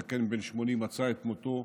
זקן בן 80 מצא את מותו.